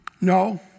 No